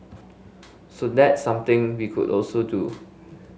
so that's something we could also do